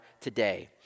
today